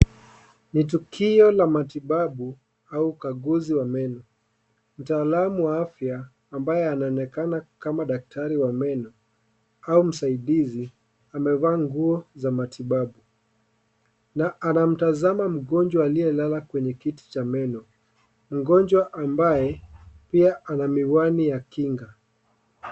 Ni tukio la matibabu au ukaguzi wa meno. Mtaalamu wa afya, ambaye anaonekana kama daktari wa meno au msaidizi amevaa nguo za matibabu na anamtazama mgonjwa aliyelala kwenye kiti cha meno. Mgonjwa ambaye pia ana miwani ya kinga.